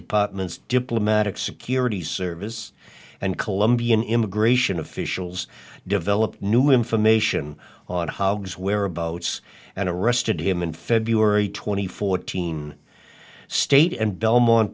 department's diplomatic security service and colombian immigration officials developed new information on how whereabouts and arrested him in february two thousand and fourteen state and belmont